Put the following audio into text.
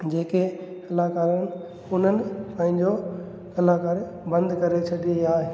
जेके कलाकार उन्हनि पंहिंजो कलाकारी बंदि करे छॾी आहे